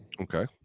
Okay